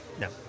No